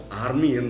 army